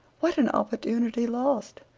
what an opportunity lost!